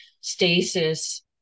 stasis